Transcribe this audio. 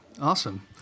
awesome